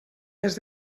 més